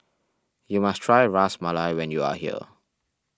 you must try Ras Malai when you are here